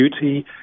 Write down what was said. beauty